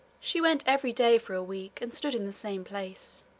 she went every day for a week, and stood in the same place.